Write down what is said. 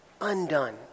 Undone